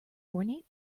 ornate